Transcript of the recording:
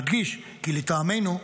נדגיש כי לטעמנו,